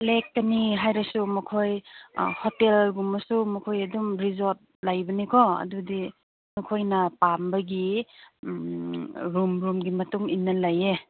ꯂꯦꯛꯀꯅꯤ ꯍꯥꯏꯔꯁꯨ ꯃꯈꯣꯏ ꯍꯣꯇꯦꯜꯒꯨꯝꯕꯁꯨ ꯃꯈꯣꯏ ꯑꯗꯨꯃ ꯔꯤꯖꯥꯔꯕ ꯂꯩꯕꯅꯤꯀꯣ ꯑꯗꯨꯗꯤ ꯅꯈꯣꯏꯅ ꯄꯥꯝꯕꯒꯤ ꯔꯨꯝ ꯔꯨꯝꯒꯤ ꯃꯇꯨꯡ ꯏꯟꯅ ꯂꯩꯌꯦ